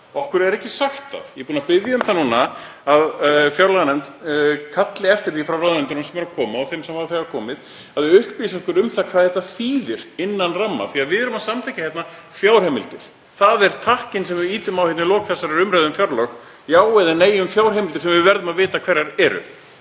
Okkur er ekki sagt það. Ég er búinn að biðja um það núna að fjárlaganefnd kalli eftir því frá ráðuneytinu, þeim sem koma og þeim sem hafa þegar komið, að upplýsa okkur um það hvað þetta þýðir, „innan ramma“. Við erum að samþykkja hérna fjárheimildir. Það er takkinn sem við ýtum á í lok umræðu um fjárlög, já eða nei um fjárheimildir sem við verðum að vita hverjar eru.